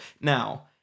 Now